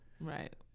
right